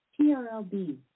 TRLB